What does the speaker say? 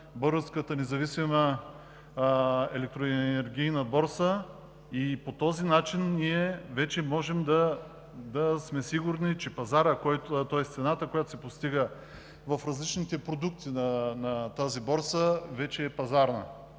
Българската независима електроенергийна борса, по този начин ние вече можем да сме сигурни, че цената, която се постига за различните продукти на тази борса, вече е пазарна.